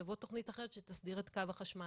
תבוא תכנית אחרת שתסדיר את קו החשמל.